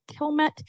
Kilmet